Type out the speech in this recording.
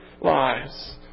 lives